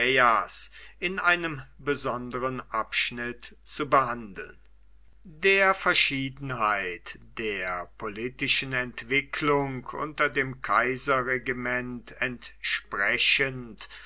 in einem besonderen abschnitt zu behandeln der verschiedenheit der politischen entwicklung unter dem kaiserregiment entsprechend